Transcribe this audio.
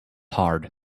hard